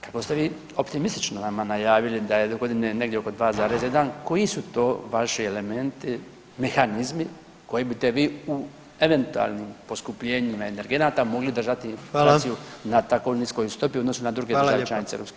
Kako ste vi optimistično nama najavili da je … [[Govornik se ne razumije]] godine negdje oko 2,1, koji su to vaši elementi, mehanizmi koje bite vi u eventualnim poskupljenjima energenata mogli držati inflaciju na tako niskoj stopi u odnosu na druge države članice EU?